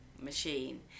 machine